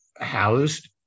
housed